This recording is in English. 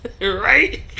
Right